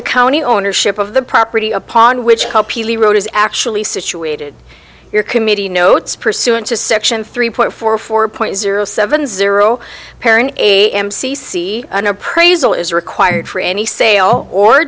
the county ownership of the property upon which the road is actually situated your committee notes pursuant to section three point four four point zero seven zero parent am c c an appraisal is required for any sale or